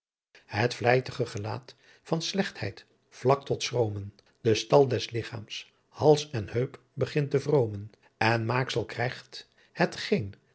vlij tige gelaat van slechtheidt vlak tot schroomen de stal des lichaams hals en heup begint te vroomen en maaksel kryght het geen